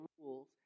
rules